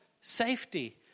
safety